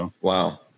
Wow